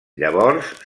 llavors